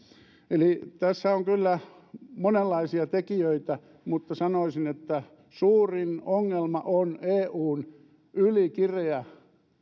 eli tässä on kyllä monenlaisia tekijöitä mutta sanoisin että suurin ongelma on eun ylikireä